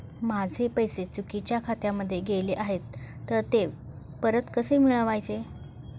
माझे पैसे चुकीच्या खात्यामध्ये गेले आहेत तर ते परत कसे मिळवायचे?